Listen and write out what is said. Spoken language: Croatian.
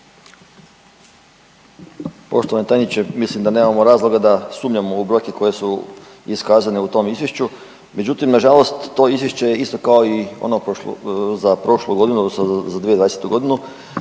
Poštovani tajniče, mislim da nemamo razloga da sumnjamo u brojke koje su iskazane u tom Izvješću, međutim, nažalost to Izvješće kao i ono prošlo, za prošlu godinu